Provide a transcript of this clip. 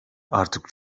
artık